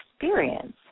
experience